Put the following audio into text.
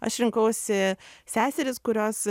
aš rinkausi seseris kurios